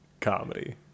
comedy